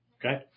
Okay